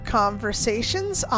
conversations